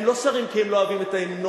הם לא שרים כי הם לא אוהבים את ההמנון,